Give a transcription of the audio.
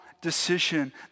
decision